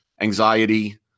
anxiety